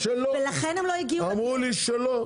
אז אני אומר לך שאמרו לי שלא,